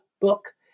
book